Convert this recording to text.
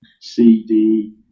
CD